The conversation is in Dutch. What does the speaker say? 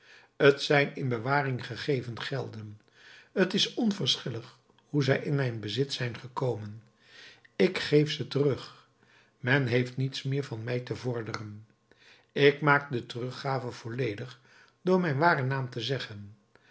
t zijn in bewaring gegeven gelden t is onverschillig hoe zij in mijn bezit zijn gekomen ik geef ze terug men heeft niets meer van mij te vorderen ik maak de teruggave volledig door mijn waren naam te zeggen